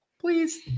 Please